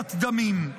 קואליציית דמים.